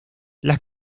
las